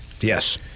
Yes